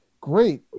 Great